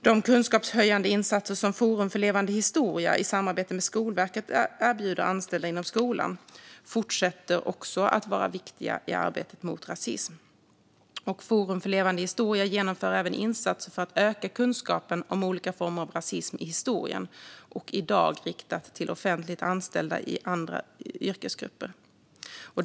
De kunskapshöjande insatser som Forum för levande historia i samarbete med Skolverket erbjuder anställda inom skolan fortsätter också att vara viktiga i arbetet mot rasism. Forum för levande historia genomför även insatser för att öka kunskapen om olika former av rasism i historien, i dag riktat till offentligt anställda i andra yrkesgrupper.